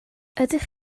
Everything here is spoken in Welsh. ydych